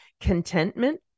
contentment